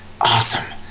awesome